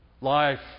life